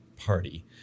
party